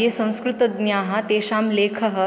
ये संस्कृतज्ञाः तेषां लेखः